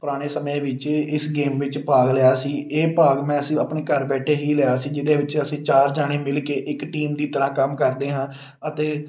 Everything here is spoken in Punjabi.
ਪੁਰਾਣੇ ਸਮੇਂ ਵਿੱਚ ਇਸ ਗੇਮ ਵਿੱਚ ਭਾਗ ਲਿਆ ਸੀ ਇਹ ਭਾਗ ਮੈਂ ਸੀ ਆਪਣੇ ਘਰ ਬੈਠੇ ਹੀ ਲਿਆ ਸੀ ਜਿਹਦੇ ਵਿੱਚ ਅਸੀਂ ਚਾਰ ਜਣੇ ਮਿਲ ਕੇ ਇੱਕ ਟੀਮ ਦੀ ਤਰ੍ਹਾਂ ਕੰਮ ਕਰਦੇ ਹਾਂ ਅਤੇ